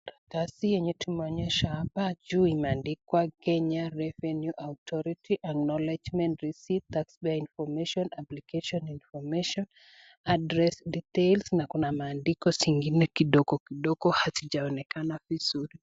Karatasi yenye tunaonyeshwa hapa juu imeandikwa Kenya Revenue Authority acknowledgement receipt, taxpayer information, application information, address details . Na kuna maandiko zingine kidogo kidogo hazijaonekana vizuri.